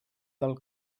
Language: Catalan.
del